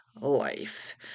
life